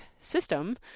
system